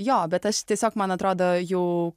jo bet aš tiesiog man atrodo jų